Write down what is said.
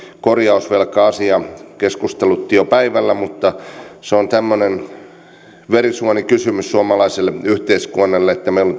korjausvelka asia keskustelutti jo päivällä mutta se on semmoinen verisuonikysymys suomalaiselle yhteiskunnalle että meillä